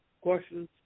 questions